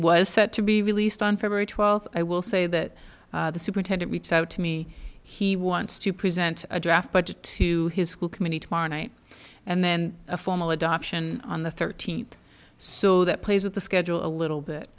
was set to be released on february twelfth i will say that the superintendent reached out to me he wants to present a draft but to to his school committee tomorrow night and then a formal adoption on the thirteenth so that plays with the schedule a little